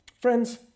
friends